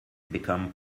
become